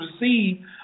receive